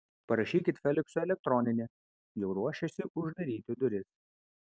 parašykit feliksui elektroninį jau ruošėsi uždaryti duris